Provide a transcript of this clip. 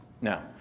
Now